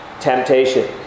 temptation